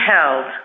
held